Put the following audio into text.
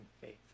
faith